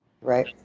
Right